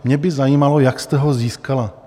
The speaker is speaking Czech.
Mě by zajímalo, jak jste ho získala.